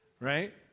right